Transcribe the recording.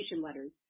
letters